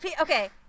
Okay